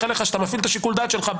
עליך שאתה מפעיל את שיקול הדעת שלך,